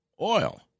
Oil